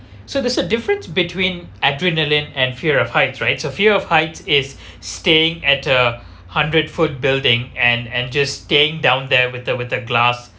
so there's a difference between adrenaline and fear of heights right a fear of heights is staying at a hundred foot building and and just staying down there with the with the glass